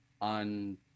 on